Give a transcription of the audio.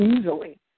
easily